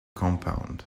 compound